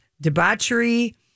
debauchery